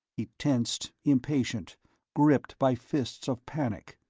he tensed, impatient gripped by fists of panic.